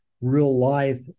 real-life